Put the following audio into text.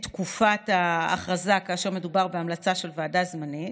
תקופת ההכרזה כאשר מדובר בהמלצה של ועדה זמנית,